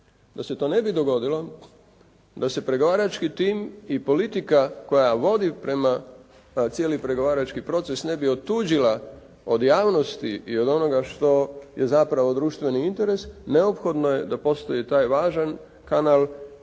Da se to ne bi dogodilo, da se pregovarački tim i politika koja vodi prema cijeli pregovarački proces ne bi otuđila od javnosti i od onoga što je zapravo društveni interes, neophodno je da postoji taj važan kanal